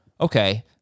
Okay